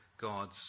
God's